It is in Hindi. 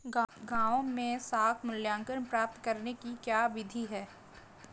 गाँवों में साख मूल्यांकन प्राप्त करने की क्या विधि है?